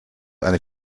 eine